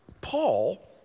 Paul